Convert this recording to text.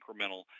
incremental